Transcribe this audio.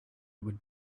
would